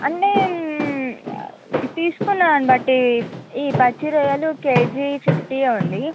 అంటే తీసుకున్న దాన్ని బట్టి ఈ పచ్చి రొయ్యలు కేజీ ఫిఫ్టీ అండి